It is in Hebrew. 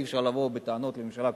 אי-אפשר לבוא בטענות גם לממשלה הקודמת.